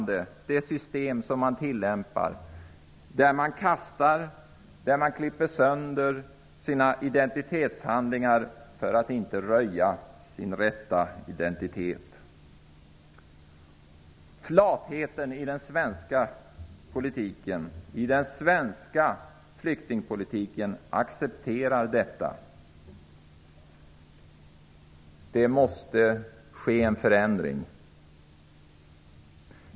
Det system som tillämpas är upprörande. Man kastar och klipper sönder sina identitetshandlingar för att inte röja sin rätta identitet. Flatheten i den svenska flyktingpolitiken gör att detta accepteras. Det måste ske en förändring.